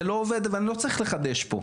זה לא עובד, ואני לא צריך לחדש פה.